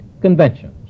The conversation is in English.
conventions